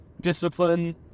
discipline